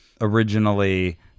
originally